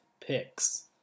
picks